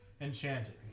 enchanted